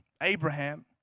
Abraham